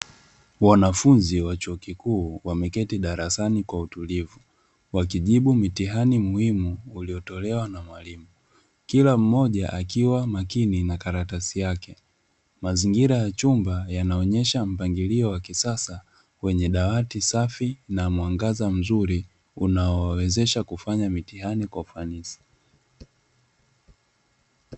Wanafunzi wa chuo kikuu wameketi darasani kwa utulivu, wakijibu mtihani muhimu uliotolewa na mwalimu; kila mmoja akiwa makini na karatasi yake. Mazingira ya chumba yanaonyesha mpangilio wa kisasa wenye dawati safi na mwangaza mzuri, unaowawezesha kufanya mitihani kwa ufasaha.